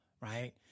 right